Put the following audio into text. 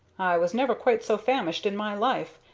was never quite so famished in my life,